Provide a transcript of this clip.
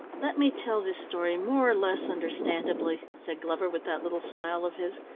let me tell this story more or less understandably, said glover with that little smile of his.